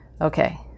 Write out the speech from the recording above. Okay